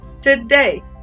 Today